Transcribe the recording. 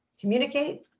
communicate